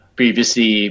previously